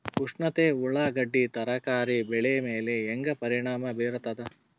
ಉಷ್ಣತೆ ಉಳ್ಳಾಗಡ್ಡಿ ತರಕಾರಿ ಬೆಳೆ ಮೇಲೆ ಹೇಂಗ ಪರಿಣಾಮ ಬೀರತದ?